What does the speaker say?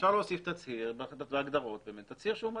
אפשר להוסיף בהגדרות תצהיר.